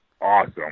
Awesome